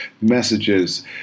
messages